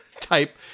type